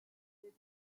with